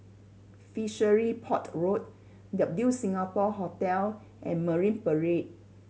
Fishery Port Road W Singapore Hotel and Marine Parade